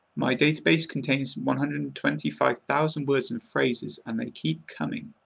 my database contains one hundred and twenty five thousand words and phrases and they keep coming.